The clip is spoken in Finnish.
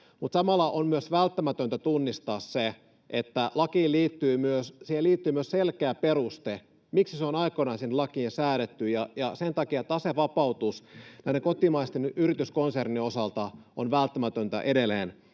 samalla on myös välttämätöntä tunnistaa se, että siihen liittyy selkeä peruste, miksi se on aikoinaan sinne lakiin säädetty, ja sen takia tasevapautus näiden kotimaisten yrityskonsernien osalta on välttämätöntä edelleen